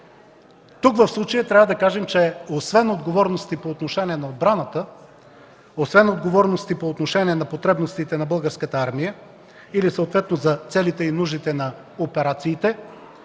Тук в случая трябва да кажем, че освен отговорностите по отношение на отбраната, по отношение потребностите на Българската армия или съответно за целите и за нуждите на операциите,